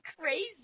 crazy